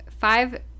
five